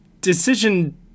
Decision